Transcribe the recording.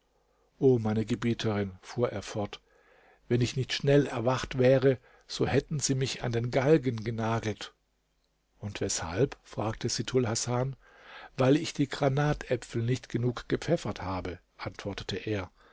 o meine gebieterin fuhr er fort wenn ich nicht schnell erwacht wäre so hätten sie mich an den galgen genagelt und weshalb fragte sittulhasan weil ich die granatäpfel nicht genug gepfeffert habe antwortete er